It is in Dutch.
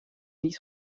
niet